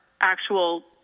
actual